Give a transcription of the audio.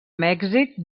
mèxic